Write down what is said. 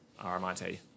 RMIT